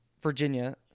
Virginia